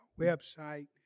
website